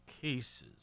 cases